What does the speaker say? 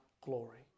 glory